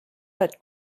but